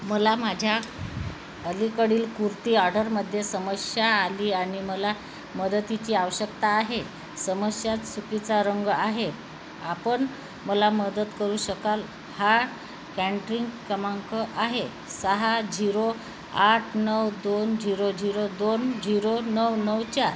मला माझ्या अलीकडील कुर्ती आर्डरमध्ये समस्या आली आणि मला मदतीची आवश्यकता आहे समस्या चुकीचा रंग आहे आपण मला मदत करू शकाल हा कँट्रिंग क्रमांक आहे सहा झिरो आठ नऊ दोन झिरो झिरो दोन झिरो नऊ नऊ चार